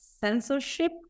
censorship